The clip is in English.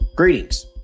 Greetings